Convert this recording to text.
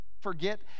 forget